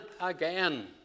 again